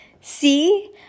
See